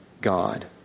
God